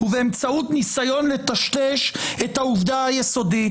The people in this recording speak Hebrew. ובאמצעות ניסיון לטשטש את העובדה היסודית,